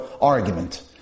argument